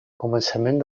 començament